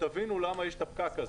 ותבינו למה יש את הפקק הזה.